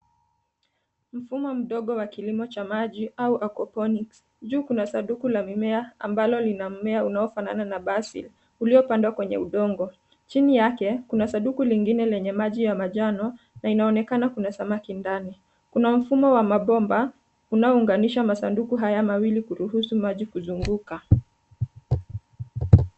Mfumo mdogo wa kilimo cha maji au aquoponics . Juu kuna sanduku la mimea ambalo lina mimea unaofanana na basil uliopandwa kwenye udongo. Chini yale kuna sanduku lingine lenye maji ya manjano na inaonekana kuna samaki ndani. Kuna mfumo wa mabomba unaounganisha masanduku haya mawili kuruhusu maji kuzunguka.